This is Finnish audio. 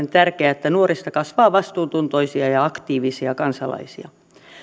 ensiarvoisen tärkeää että nuorista kasvaa vastuuntuntoisia ja aktiivisia kansalaisia